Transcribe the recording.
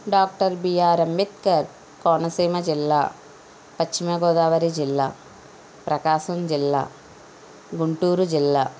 doctor BR Ambedkar Konaseema జిల్లా పశ్చిమ గోదావరి జిల్లా ప్రకాశం జిల్లా గుంటూరు జిల్లా